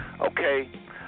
Okay